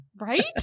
Right